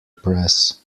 press